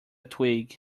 twig